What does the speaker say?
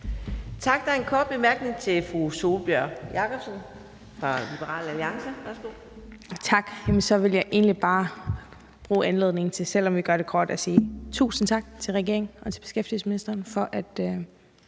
Tak. Der er en kort bemærkning til fru Sólbjørg Jakobsen fra Liberal Alliance. Værsgo. Kl. 17:44 Sólbjørg Jakobsen (LA): Tak. Jeg vil så egentlig bare bruge anledningen til selv at gøre det kort og sige tusind tak til regeringen og til beskæftigelsesministeren for at